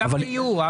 למה יהיו?